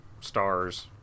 stars